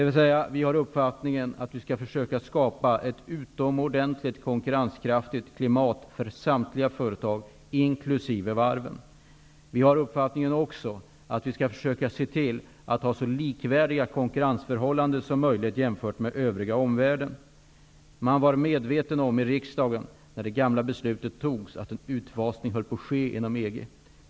Vi har alltså uppfattningen att vi skall försöka skapa ett utomordentligt konkurrenskraftigt klimat för samtliga företag, inkl. varven. Vi har också uppfattningen att vi skall försöka se till att ha så likvärdiga konkurrensförhållanden som möjligt i förhållande till övriga omvärlden. När det gamla beslutet fattades var man i riksdagen medveten om att en utfasning höll på att ske inom EG.